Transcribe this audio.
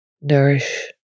nourish